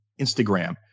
Instagram